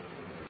ખુબ ખુબ આભાર